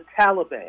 Taliban